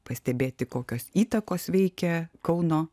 pastebėti kokios įtakos veikia kauno